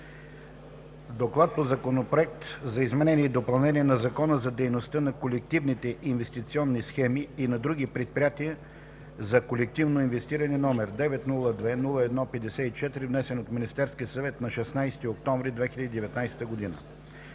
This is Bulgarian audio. „ДОКЛАД по Законопроект за изменение и допълнение на Закона за дейността на колективните инвестиционни схеми и на други предприятия за колективно инвестиране, № 902-01-54, внесен от Министерския съвет на 16 октомври 2019 г.